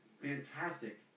Fantastic